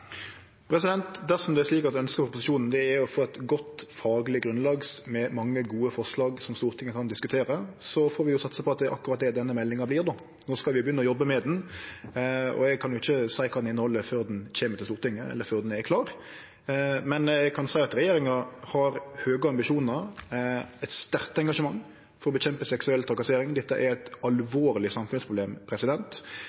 Dersom det er slik at ønsket frå opposisjonen er å få eit godt fagleg grunnlag med mange gode forslag som Stortinget kan diskutere, får vi satse på at det er akkurat det denne meldinga vert. No skal vi begynne å jobbe med ho, og eg kan ikkje seie kva ho inneheld før ho kjem til Stortinget, eller før ho er klar. Men eg kan seie at regjeringa har høge ambisjonar, eit sterkt engasjement i kampen mot seksuell trakassering. Dette er eit